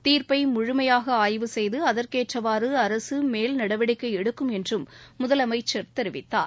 தீர்ப்பைமுழுமையாகஆய்வு செய்துஅதற்கேற்றவாறுஅரசுமேல் நடவடிக்கைடுக்கும் என்றும் முதலமைச்சர் தெரிவித்தார்